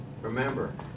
Remember